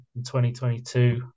2022